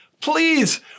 please